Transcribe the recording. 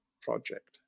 project